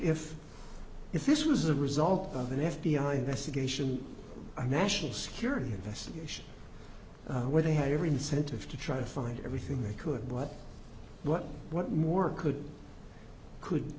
if if this was a result of an f b i investigation national security investigation where they had every incentive to try to find everything they could what what what more could could